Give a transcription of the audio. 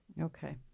Okay